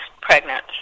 pregnant